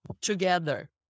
together